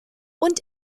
und